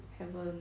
haven't